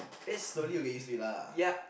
slowly will get used to it lah